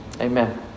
Amen